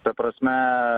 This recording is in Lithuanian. ta prasme